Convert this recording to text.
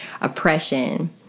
oppression